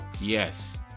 Yes